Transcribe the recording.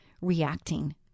reacting